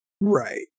right